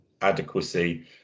adequacy